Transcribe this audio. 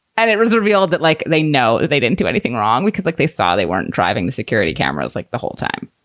and it was a real bit like they know they didn't do anything wrong because, like, they saw they weren't driving the security cameras, like, the whole time.